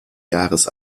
jahres